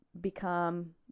become